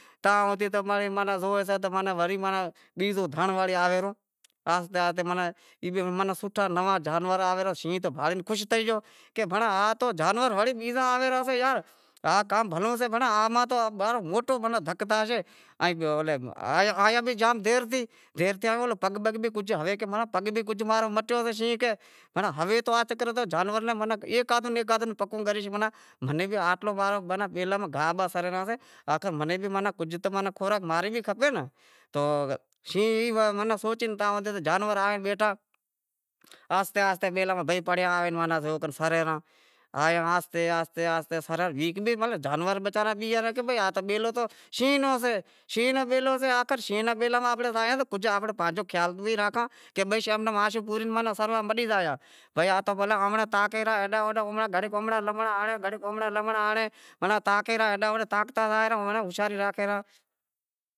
تاں وڑے زوئی جائے تو بیزو دہنڑ آوی ارہو، آہستے آہستے ماناں سوٹھا نواں جانور آویں ارہا، شینہں تو بھانڑے خوش تھئی گیو کہ بھینڑاں جانور تو بیزا آوے رہیاسیں یار۔ آز تو کام بھلو سے، آز تو موٹو دھک تھئی زاشے، ام آیو بھی کجھ دیر سیں ان پگ بگ بھی کجھ مٹیو سئے شینہں کہے ہوے تو جانور نوں ہیک آدہو ناں ہیک آدہو پکو گریش مے ناں بھی آٹلو باٹلو، ماناں بیلے ماہ گاہ سرے رہاسیں منیں بھی کجھ تو خوراک ماں ری بھی کھپے ناں، تو شینہں ایئں سوچے تاں جانور آئیں ناں بیٹھا آہستے آہستے بئی بیلاں ماں پڑیا آوے کہ سرے رہاں آیا آہستے آہستے سریں پیا ان جانور تو وچارا بیہے رہیا کہ یار بیلو تو شینہں رو سئے، شینہں رو سے تو شینہں رے بیلاں ماہ زایا تو کجھ پانجو خیال بھی راکھاں زے بھئی آمڑے تاکیں رہاں ایڈاں اوڈاںلوننڑا بونڑا ہنڑیا ماناں یڈاں اوڈاں تاکتا زائیں رہا ہوشیاری راکھیں رہا